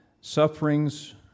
sufferings